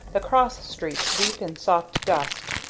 the cross street deep in soft dust,